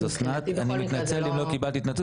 אז אסנת אני מתנצל אם לא קיבלת התנצלות